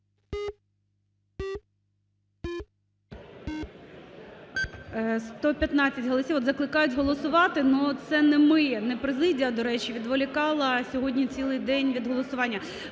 115 голосів. От закликають голосувати, ну це не ми, не президія, до речі, відволікала сьогодні цілий день від голосування.